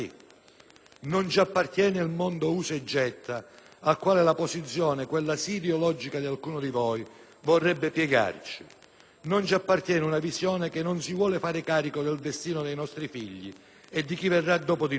Non ci appartiene il mondo «usa e getta» al quale la posizione, quella sì ideologica, di alcuni di voi vorrebbe piegarci. Non ci appartiene una visione che non si vuole fare carico del destino dei nostri figli e di chi verrà dopo di noi.